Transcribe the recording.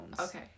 Okay